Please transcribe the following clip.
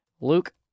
Luke